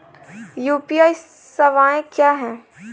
UPI सवायें क्या हैं?